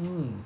ya mm